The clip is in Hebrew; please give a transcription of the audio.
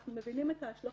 אנחנו מבינים את ההשלכות.